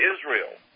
Israel